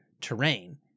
terrain